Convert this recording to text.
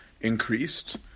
increased